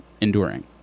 enduring